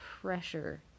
pressure